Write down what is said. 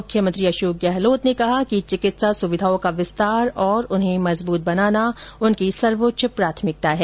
मुख्यमंत्री अशोक गहलोत ने कहा कि चिकित्सा सुविधाओं का विस्तार और उन्हें मजबूत बनाना हमारी सर्वोच्च प्राथमिकता है